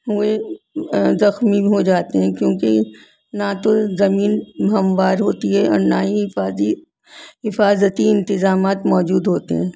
ہوئے زخمی ہو جاتے ہیں کیونکہ نہ تو زمین ہموار ہوتی ہے اور نہ ہی حفاظی حفاظتی انتظامات موجود ہوتے ہیں